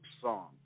song